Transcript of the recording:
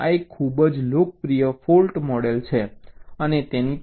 આ એક ખૂબ જ લોકપ્રિય ફૉલ્ટ મૉડલ છે અને તેની પાસે છે